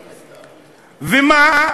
ומה?